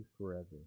forever